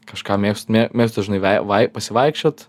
kažką mėgs mė mėgstu žinai vei vai pasivaikščiot